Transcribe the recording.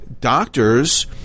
doctors